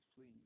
please